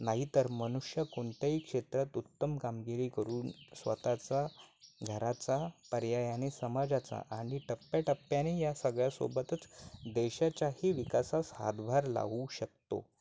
नाही तर मनुष्य कोणत्याही क्षेत्रात उत्तम कामगिरी करून स्वतःचा घराचा पर्यायाने समाजाचा आणि टप्प्याटप्प्याने या सगळ्यासोबतच देशाच्याही विकासास हातभार लावू शकतो